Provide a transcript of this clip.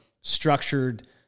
structured